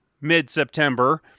mid-September